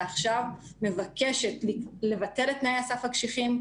עכשיו מבקשת לבטל את תנאי הסף הקשיחים,